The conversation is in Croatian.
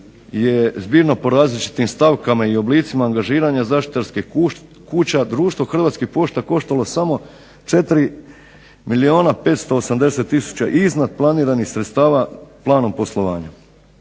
je zbirno po različitim stavkama i oblicima angažiranja zaštitarskih kuća. Društvo Hrvatskih pošta koštalo je samo 4 milijuna 580 tisuća iznad planiranih sredstava planom poslovanja.